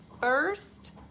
First